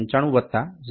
895 વત્તા 0